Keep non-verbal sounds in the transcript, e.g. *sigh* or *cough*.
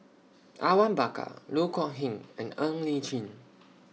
Awang Bakar Loh Kok Heng and Ng Li Chin *noise*